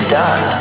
done